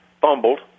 fumbled